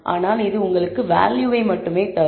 ஆனால் இது உங்களுக்கு வேல்யூவை மட்டுமே தரும்